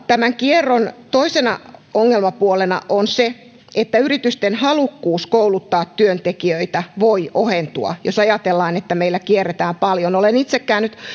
tämän kierron toisena ongelmapuolena on se että yritysten halukkuus kouluttaa työntekijöitä voi ohentua jos ajatellaan että meillä kierretään paljon olen itse käynyt